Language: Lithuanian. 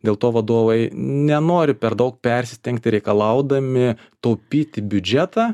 dėl to vadovai nenori per daug persistengti reikalaudami taupyti biudžetą